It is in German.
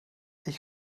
ich